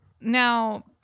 Now